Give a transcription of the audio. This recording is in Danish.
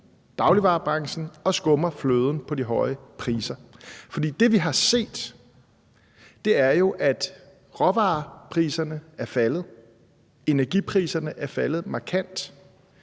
dagligvarebranchen og skummer fløden på de høje priser. For det, vi har set, er jo, at råvarepriserne er faldet, energipriserne er faldet markant.